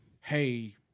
Hey